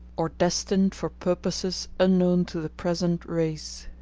or destined for purposes unknown to the present race.